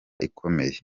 ikomeye